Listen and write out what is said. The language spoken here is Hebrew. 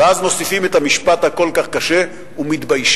ואז מוסיפים את המשפט הקשה כל כך: ומתביישים.